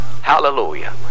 Hallelujah